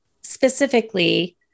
specifically